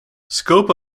scope